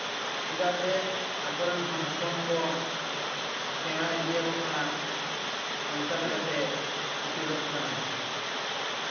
ᱪᱮᱫᱟᱜ ᱥᱮ ᱟᱠᱚᱨᱮᱱ ᱦᱚᱱᱼᱦᱚᱯᱚᱱ ᱠᱚ ᱥᱮᱲᱟ ᱤᱫᱤᱭᱟᱠᱚ ᱠᱟᱱᱟ ᱚᱱᱠᱟᱞᱮᱠᱟᱛᱮ ᱩᱪᱟᱹᱲᱚᱜ ᱠᱟᱱᱟ